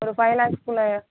ஒரு ஃபைவ் லேக்ஸ்க்குள்ள